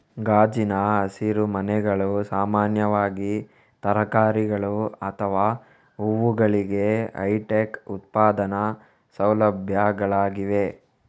ಗಾಜಿನ ಹಸಿರುಮನೆಗಳು ಸಾಮಾನ್ಯವಾಗಿ ತರಕಾರಿಗಳು ಅಥವಾ ಹೂವುಗಳಿಗೆ ಹೈಟೆಕ್ ಉತ್ಪಾದನಾ ಸೌಲಭ್ಯಗಳಾಗಿವೆ